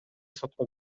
сотко